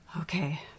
Okay